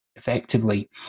effectively